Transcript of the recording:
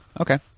Okay